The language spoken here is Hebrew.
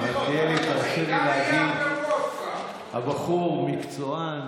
תרשה לי להגיד: הבחור מקצוען,